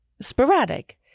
sporadic